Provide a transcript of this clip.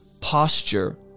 posture